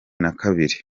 nakabiri